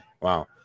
Wow